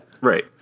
right